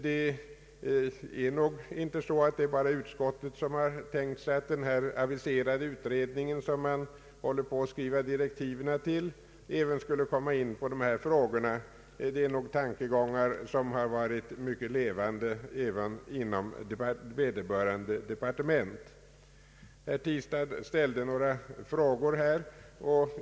Det är nog inte bara utskottet som har tänkt sig att den aviserade utredningen, för vilken man håller på att skriva direktiven, även skulle komma in på dessa frågor, utan det är tankegångar som har varit mycket levande inom vederbörande departement. Herr Tistad ställde några frågor.